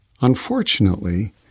Unfortunately